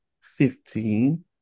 fifteen